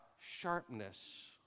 sharpness